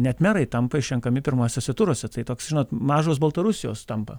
net merai tampa išrenkami pirmuosiuose turuose tai toks žinot mažos baltarusijos tampa